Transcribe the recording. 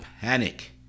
panic